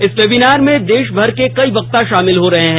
इस वेबिनार में देश भर के कई वक्ता शामिल हो रहे हैं